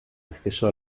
acceso